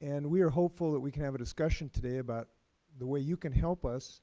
and we are hopeful that we can have a discussion today about the way you can help us